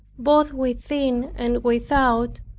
both within and without,